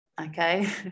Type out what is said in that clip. okay